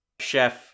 Chef